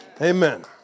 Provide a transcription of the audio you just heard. Amen